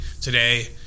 today